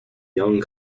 young